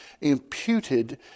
imputed